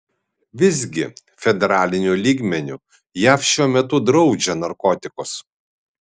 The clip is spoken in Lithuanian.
visgi federaliniu lygmeniu jav šiuo metu draudžia narkotikus